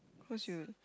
cause you